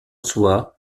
soi